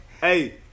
Hey